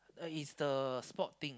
uh it's the sport thing